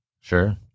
Sure